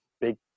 big